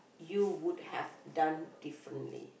you would have done differently